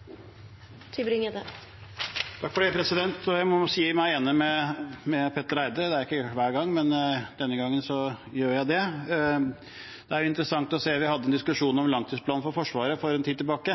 ikke hver gang, men denne gangen gjør jeg det. Det er interessant å se, med tanke på en diskusjon vi hadde om langtidsplanen for Forsvaret for en tid tilbake.